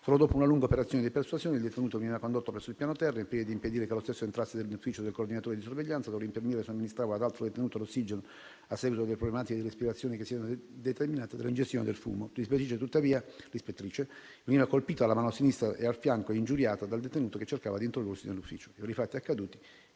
Solo dopo una lunga opera di persuasione, il detenuto veniva condotto presso il piano terra, al fine di impedire che lo stesso entrasse nell'ufficio del coordinatore di sorveglianza dove l'infermiera somministrava ad altro detenuto l'ossigeno a seguito delle problematiche di respirazione che si erano determinate dall'ingestione del fumo; l'ispettrice, tuttavia, veniva colpita alla mano sinistra e al fianco e ingiuriata dal detenuto che cercava di introdursi nell'ufficio. Per i fatti accaduti,